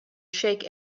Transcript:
shake